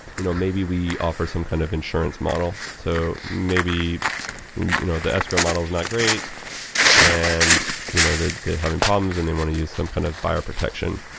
you know maybe we offer some kind of insurance model. so maybe you know the escrow model is not great and you know they're having problems and they want to use some kind of fire protection.